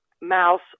mouse